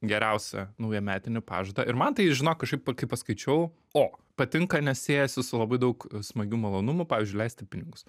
geriausią naujametinį pažadą ir man tai žinok kažkaip kai paskaičiau o patinka nes siejasi su labai daug smagių malonumų pavyzdžiui leisti pinigus